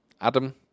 Adam